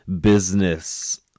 business